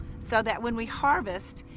so that when we harvest,